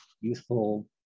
youthful